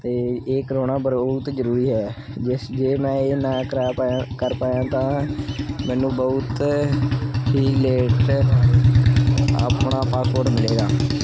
ਅਤੇ ਇਹ ਕਰਵਾਉਣਾ ਬਹੁਤ ਜ਼ਰੂਰੀ ਹੈ ਜਿਸ ਜੇ ਮੈਂ ਇਹ ਨਾ ਕਰਵਾ ਪਾਇਆ ਕਰ ਪਾਇਆ ਤਾਂ ਮੈਨੂੰ ਬਹੁਤ ਹੀ ਲੇਟ ਆਪਣਾ ਪਾਸਪੋਰਟ ਮਿਲੇਗਾ